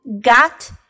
Got